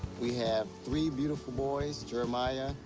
we have three beautiful boys, jeremiah,